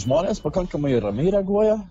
žmonės pakankamai ramiai reaguoja